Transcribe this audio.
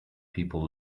people